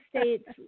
States